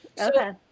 okay